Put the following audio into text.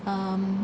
um